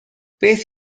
beth